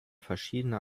verschiedene